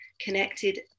connected